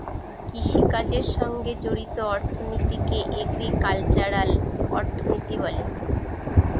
কৃষিকাজের সঙ্গে জড়িত অর্থনীতিকে এগ্রিকালচারাল অর্থনীতি বলে